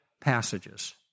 passages